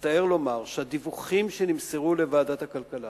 מצטער לומר, שהדיווחים שנמסרו לוועדת הכלכלה